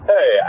Hey